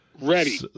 Ready